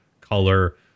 color